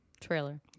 Trailer